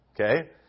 Okay